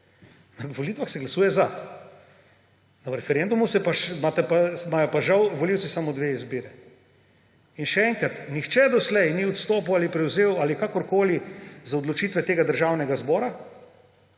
na volitvah se glasuje za. Na referendumu imajo pa žal volivci samo dve izbiri. In še enkrat, nihče doslej ni odstopil ali prevzel ali kakorkoli za odločitve tega državnega zbora.